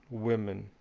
women,